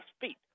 feet